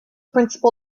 principle